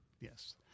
Yes